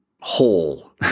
whole